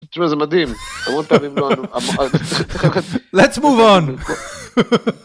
תראה זה מדהים.